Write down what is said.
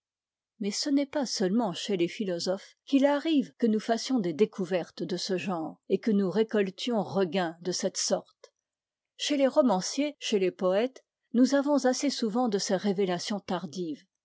mais ce n'est pas seulement chez les philosophes qu'il arrive que nous fassions des découvertes de ce genre et que nous récoltions regain de cette sorte chez les romanciers chez les poètes nous avons assez souvent de ces révélations tardives